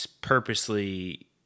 purposely